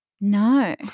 No